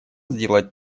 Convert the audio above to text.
сделать